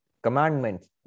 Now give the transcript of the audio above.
Commandments